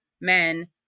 men